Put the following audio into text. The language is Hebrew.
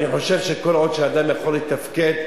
אז אני חושב שכל עוד אדם יכול לתפקד,